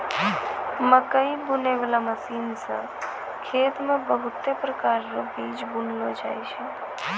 मकैइ बुनै बाला मशीन से खेत मे बहुत प्रकार रो बीज बुनलो जाय छै